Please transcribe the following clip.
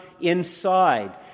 inside